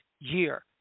year